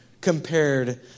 compared